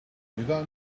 without